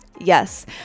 Yes